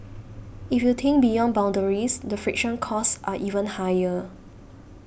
if you think beyond boundaries the friction costs are even higher